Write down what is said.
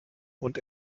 und